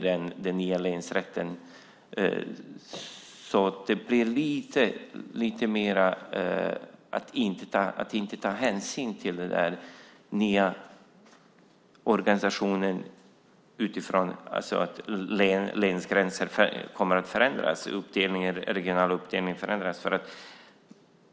Det blir lite av att inte ta hänsyn till den nya organisationen utifrån att länsgränserna och den regionala uppdelningen kommer att förändras.